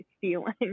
feeling